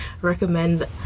recommend